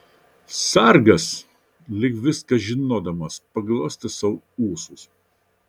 sargas lyg viską žinodamas paglostė sau ūsus